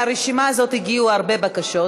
מהרשימה הזאת הגיעו הרבה בקשות,